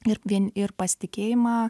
ir vien ir pasitikėjimą